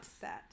set